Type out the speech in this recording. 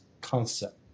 concept